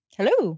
Hello